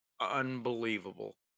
unbelievable